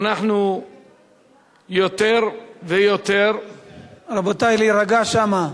אנחנו יותר ויותר, רבותי, להירגע שמה.